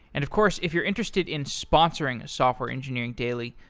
and of course, if you're interested in sponsoring software engineering daily,